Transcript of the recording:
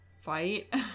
fight